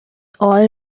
all